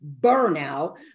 burnout